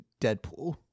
Deadpool